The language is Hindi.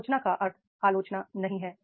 आलोचना का अर्थ आलोचना नहीं है